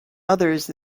others